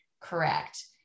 correct